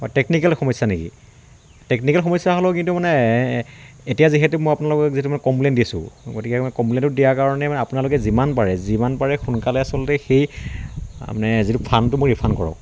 অঁ টেকনিকেল সমস্যা নেকি টেকনিকেল সমস্যা হ'লেও কিন্তু মানে এতিয়া যিহেতু মই আপোনালোকক যিহেতু কমপ্লেইন দিছোঁ গতিকে মই কমপ্লেইনটো দিয়াৰ কাৰণে মানে আপোনালোকে যিমান পাৰে যিমান পাৰে সোনকালে আচলতে সেই মানে যিটো ফাণ্ডটো মোক ৰিফাণ্ড কৰক